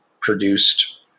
produced